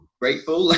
grateful